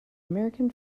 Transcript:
american